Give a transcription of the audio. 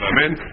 Amen